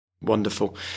Wonderful